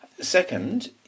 Second